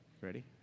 Ready